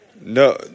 No